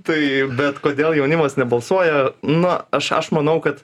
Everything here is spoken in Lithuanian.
tai bet kodėl jaunimas nebalsuoja nu aš aš manau kad